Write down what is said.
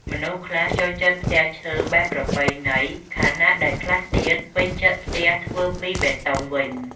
មនុស្សខ្លះចូលចិត្តផ្ទះឈើបែបប្រពៃណីខណៈដែលខ្លះទៀត ពេញចិត្តផ្ទះធ្វើពីបេតុងវិញ។